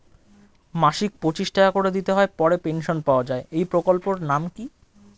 মাসিক পঁচিশ টাকা করে দিতে হয় পরে পেনশন পাওয়া যায় এই প্রকল্পে টির নাম কি?